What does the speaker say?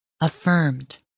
affirmed